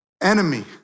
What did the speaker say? enemy